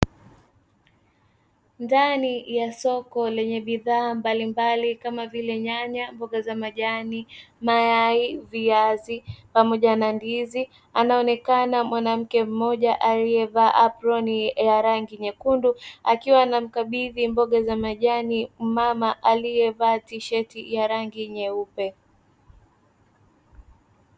Ndani ya soko lenye bidhaa mbalimbali kama vile nyanya, mboga za majani, mayai, viazi pamoja na ndizi anaonekana mwanamke mmoja aliyevaa aproni ya rangi nyekundu akiwa anamkabidhi mboga za majani mama aliyevaa tisheti ya rangi nyeupe.